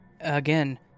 Again